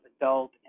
adult